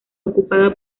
ocupada